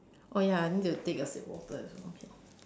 oh ya I need to take a sip of water as well